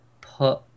put